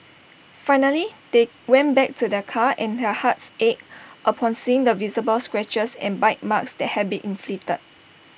finally they went back to their car and their hearts ached upon seeing the visible scratches and bite marks that had been inflicted